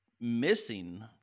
missing